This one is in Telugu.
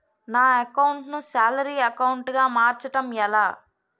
నా అకౌంట్ ను సాలరీ అకౌంట్ గా మార్చటం ఎలా?